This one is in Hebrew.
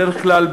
בדרך כלל,